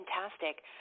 Fantastic